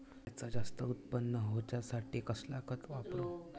अम्याचा जास्त उत्पन्न होवचासाठी कसला खत वापरू?